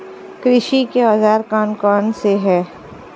कृषि के औजार कौन कौन से हैं?